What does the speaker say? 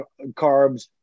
carbs